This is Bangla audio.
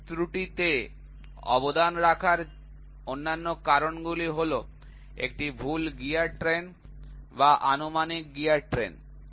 পিচ ত্রুটিতে অবদান রাখার অন্যান্য কারণগুলি হল একটি ভুল গিয়ার ট্রেন বা আনুমানিক গিয়ার ট্রেন